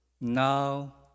Now